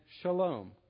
shalom